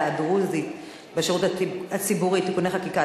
הדרוזית בשירות הציבורי (תיקוני חקיקה),